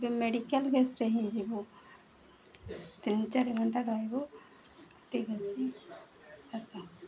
ଏ medical କେସ୍ରେ ହିଁ ଯିବୁ ତିନି ଚାରି ଘଣ୍ଟା ରହିବୁ ଠିକ୍ ଅଛି ଆସ